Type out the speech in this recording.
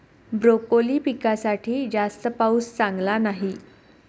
broccoli पिकासाठी जास्त पाऊस चांगला नाही